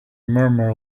murmur